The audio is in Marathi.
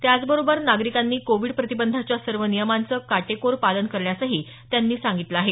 त्याचबरोबर नागरिकांनी कोविड प्रतिबंधाच्या सर्व नियमांचं काटेकोर पालन करण्यासही सांगितलं आहे